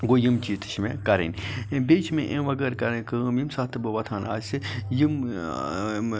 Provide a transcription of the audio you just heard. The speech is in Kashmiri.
گوٚو یِم چیٖز تہِ چھِ مےٚ کَرٕنۍ بیٚیہِ چھِ مےٚ امہِ وَغٲر کَرٕنۍ کٲم ییٚمہِ ساتہٕ تہِ بہٕ وۄتھان آسہٕ یِم